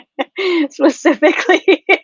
specifically